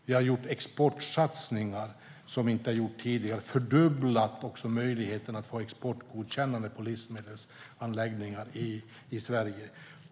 Vi har gjort exportsatsningar som inte har gjorts tidigare och även fördubblat möjligheterna att få exportgodkännande på livsmedelsanläggningar i Sverige.